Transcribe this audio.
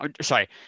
sorry